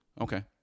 Okay